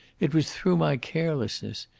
it was through my carelessness.